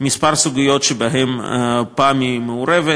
כמה סוגיות שבהן הפעם היא מעורבת.